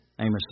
Amos